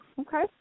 okay